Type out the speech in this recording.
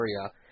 area